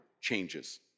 changes